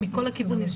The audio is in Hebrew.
זה מכל הכיוונים,